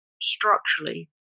structurally